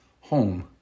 Home